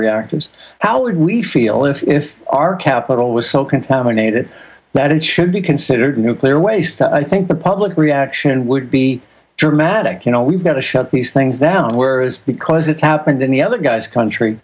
reactors how would we feel if if our capital was so contaminated that it should be considered a nuclear waste i think the public reaction would be dramatic you know we've got to shut these things down where is because it's happened in the other guy's country